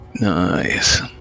Nice